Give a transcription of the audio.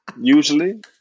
Usually